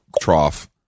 trough